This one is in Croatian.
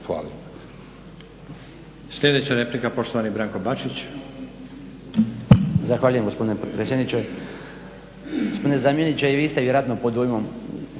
(SDP)** Sljedeća replika, poštovani Branko Bačić.